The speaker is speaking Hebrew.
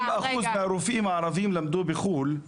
70% מהרופאים הערביים למדו בחו"ל,